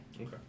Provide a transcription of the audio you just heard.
Okay